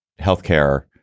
healthcare